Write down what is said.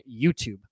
youtube